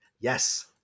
Yes